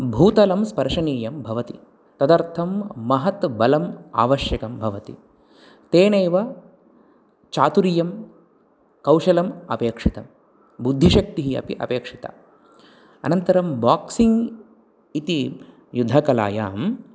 भूतलं स्पर्शनीयं भवति तदर्थं महत् बलम् आवश्यकं भवति तेनैव चातुर्यं कौशलम् अपेक्षितं बुद्धिशक्तिः अपि अपेक्षिता अनन्तरं बोक्सिङ् इति युद्धकलायां